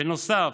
בנוסף,